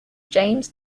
james